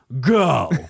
go